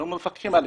למה לא מפקחים עליה?